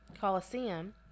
Coliseum